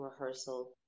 rehearsal